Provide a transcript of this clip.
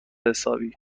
حسابی